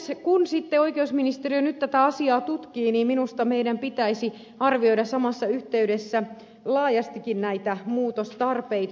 kun sitten oikeusministeriö nyt tätä asiaa tutkii niin minusta meidän pitäisi arvioida samassa yhteydessä laajastikin näitä muutostarpeita